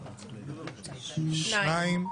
שלושה.